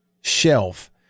shelf